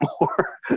more